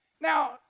Now